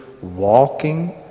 walking